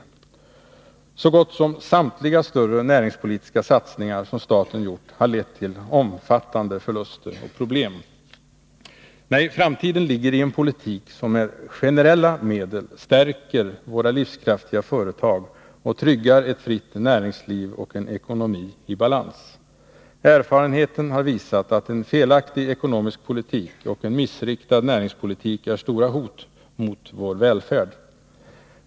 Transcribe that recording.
Så gott som samtliga större näringspolitiska satsningar som staten gjort har lett till omfattande förluster och problem. Nej, framtiden ligger i en politik som med generella medel stärker våra livskraftiga företag och tryggar ett fritt näringsliv och en ekonomi i balans. Erfarenheten har visat att en felaktig ekonomisk politik och en missriktad näringspolitik är stora hot mot vår välfärd.